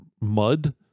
mud